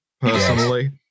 personally